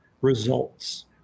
results